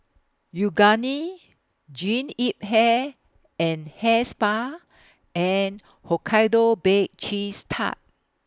Yoogane Jean Yip Hair and Hair Spa and Hokkaido Baked Cheese Tart